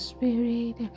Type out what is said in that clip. Spirit